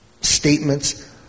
statements